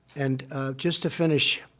and just to finish,